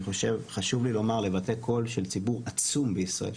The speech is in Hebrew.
חשוב לי לומר ולבטא קול של ציבור עצום בישראל,